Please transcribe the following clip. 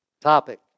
Topic